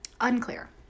Unclear